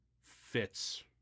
fits